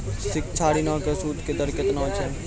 शिक्षा ऋणो के सूदो के दर केतना छै?